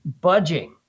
budging